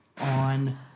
on